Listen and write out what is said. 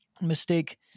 mistake